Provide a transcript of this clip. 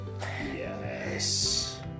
Yes